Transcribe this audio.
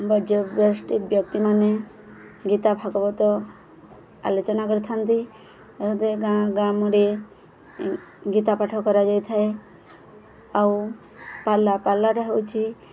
ବୈଜ ବଷ୍ଠୀ ବ୍ୟକ୍ତିମାନେ ଗୀତା ଭାଗବତ ଆଲୋଚନା କରିଥାନ୍ତି ଏ ଗାଁ ଗାଁ ମୁଣ୍ଡେ ଗୀତା ପାଠ କରାଯାଇଥାଏ ଆଉ ପାଲା ପାଲାଟା ହଉଛି